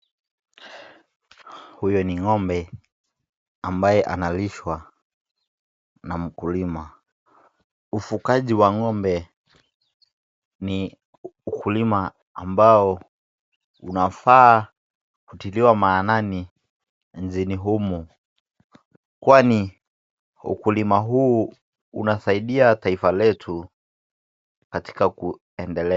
Huyu ni ng'ombe ambaye analishwa na mkulima. Ufugaji wa ng'ombe ni ukulima ambao unafaa kutiliwa maanani nchini humu kwani ukulima huu unasaidia taifa letu katika kuendelea.